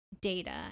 data